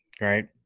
right